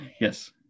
Yes